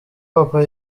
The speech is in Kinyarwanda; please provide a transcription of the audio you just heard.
papa